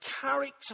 character